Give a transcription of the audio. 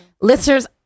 Listeners